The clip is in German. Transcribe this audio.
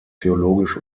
theologisch